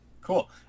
Cool